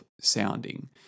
sounding